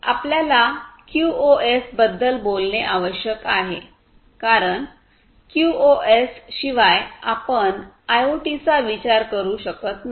आपल्याला क्यूओएस बद्दल बोलणे आवश्यक आहे कारण क्यूओएस शिवाय आपण आयओटीचा विचार करू शकत नाही